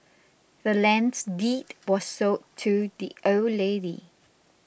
the land's deed was sold to the old lady